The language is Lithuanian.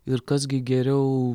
ir kas gi geriau